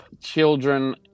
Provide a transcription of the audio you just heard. children